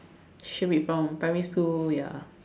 should be from primary school ya